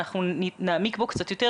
אנחנו נעמיק בו קצת יותר,